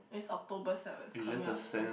it's October seven is coming up soon